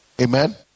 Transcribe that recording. Amen